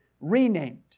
renamed